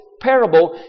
parable